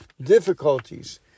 difficulties